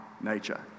nature